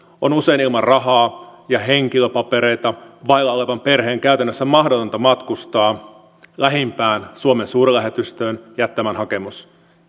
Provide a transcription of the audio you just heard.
on usein ilman rahaa ja henkilöpapereita vailla olevan perheen käytännössä mahdotonta matkustaa lähimpään suomen suurlähetystöön jättämään hakemus